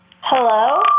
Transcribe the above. Hello